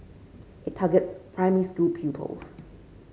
it targets primary school pupils